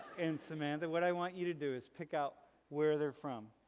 and samantha what i want you to do is pick out where they're from